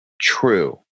true